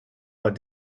what